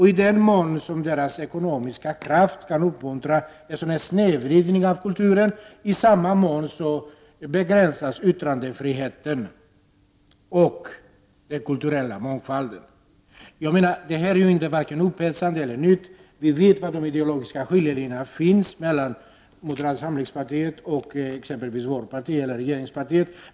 I den mån deras ekonomiska kraft kan uppmuntra till kulturell snedvridning, i samma mån begränsas yttrandefriheten och den kulturella mångfalden. Det här är varken upphetsande eller något nytt. Vi vet var de ideologiska skiljelinjerna går mellan moderaterna och exempelvis vårt parti och regeringspartiet.